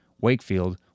Wakefield